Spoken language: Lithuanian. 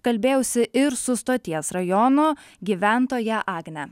kalbėjausi ir su stoties rajono gyventoja agne